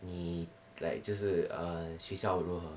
你 like 就是 err 学校如何